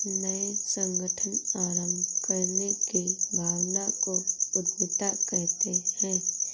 नये संगठन आरम्भ करने की भावना को उद्यमिता कहते है